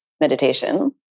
meditation